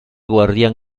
guardián